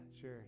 Sure